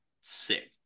sick